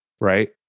Right